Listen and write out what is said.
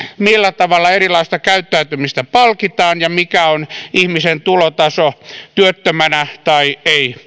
millä tavalla erilaista käyttäytymistä palkitaan ja mikä on ihmisen tulotaso työttömänä tai